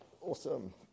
Awesome